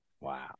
Wow